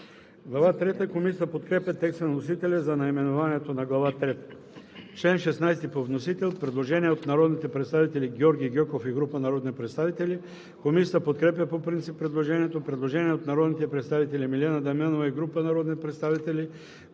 АДЕМОВ: Комисията подкрепя текста на вносителя за наименованието на Глава трета. По чл. 16 има предложение от народния представител Георги Гьоков и група народни представители. Комисията подкрепя по принцип предложението. Предложение от народния представител Милена Дамянова и група народни представители.